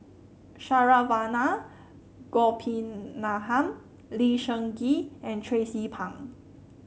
Saravanan Gopinathan Lee Seng Gee and Tracie Pang